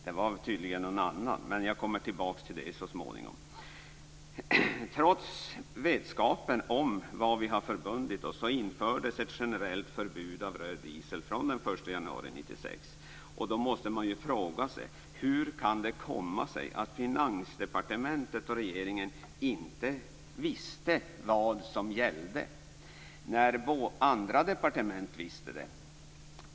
Det var tydligen någon annan. Men jag kommer tillbaka till det småningom. Trots vetskapen om vad vi har förbundit oss att göra infördes ett generellt förbud mot röd diesel från den 1 januari 1996. Då måste man fråga sig: Hur kan det komma sig att Finansdepartementet och regeringen inte visste vad som gällde när andra departement visste det?